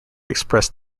expressed